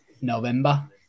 November